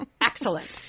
Excellent